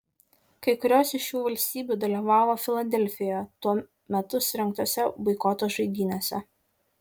kai kurios iš šių valstybių dalyvavo filadelfijoje tuo metu surengtose boikoto žaidynėse